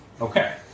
Okay